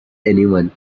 anyone